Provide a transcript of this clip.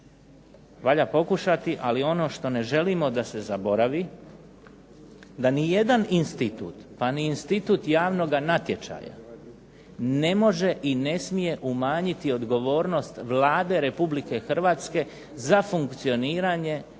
Valja pokušati, ali ono što ne želimo da se zaboravi, da nijedan institut pa ni institut javnog natječaja ne može i ne smije umanjiti odgovornost Vlada Republike Hrvatske za funkcioniranje